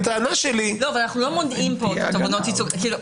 אבל אנחנו לא מונעים פה תובענות ייצוגיות.